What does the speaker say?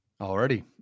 Already